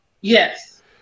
Yes